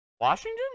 Washington